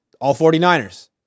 All-49ers